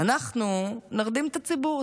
אנחנו נרדים את הציבור.